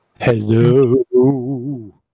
Hello